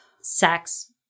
sex